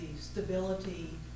stability